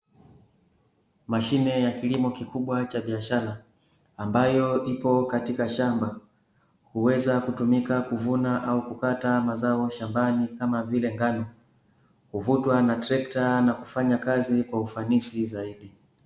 Mashine ya kilimo kikubwa cha biashara ambayo ipo katika shamba, huweza kutumika kuvuna au kukata mazao shambani kama vile ngano, huvutwa na trekta na kufanya kazi kwa ufanisi zaidi.